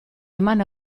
eman